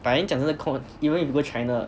but then 讲这个空 even if you go china